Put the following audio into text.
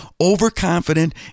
overconfident